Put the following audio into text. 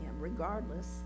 regardless